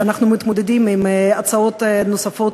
כשאנחנו מתמודדים עם הצעות נוספות,